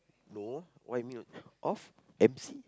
no what you mean you off M_C